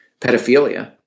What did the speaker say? pedophilia